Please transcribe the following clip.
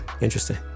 Interesting